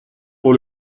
pour